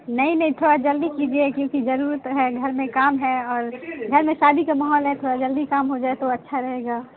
نہیں نہیں تھوڑا جلدی کیجیے کیوںکہ ضرورت ہے گھر میں کام ہے اور گھر میں شادی کا ماحول ہے تھوڑا جلدی کام ہوجائے تو اچھا رہے گا